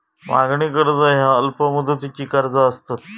मागणी कर्ज ह्या अल्प मुदतीची कर्जा असतत